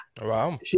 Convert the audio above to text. Wow